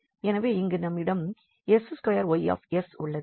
எனவே இங்கு நம்மிடம் 𝑠2𝑌𝑠 உள்ளது